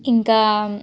ఇంకా